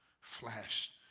flashed